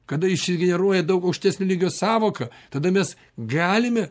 kada išsigeneruoja daug aukštesnio lygio sąvoka tada mes galime